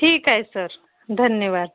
ठीक आहे सर धन्यवाद